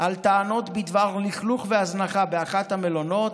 וטענות בדבר לכלוך והזנחה באחד המלונות,